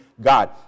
God